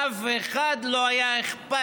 לאף אחד לא היה אכפת.